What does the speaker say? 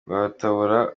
rwarutabura